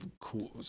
cool